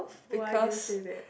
why do you say that